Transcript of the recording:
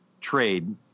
trade